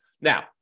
Now